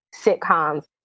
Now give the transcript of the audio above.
sitcoms